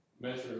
measure